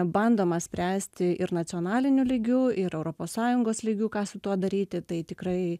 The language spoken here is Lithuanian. bandoma spręsti ir nacionaliniu lygiu ir europos sąjungos lygiu ką su tuo daryti tai tikrai